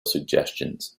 suggestions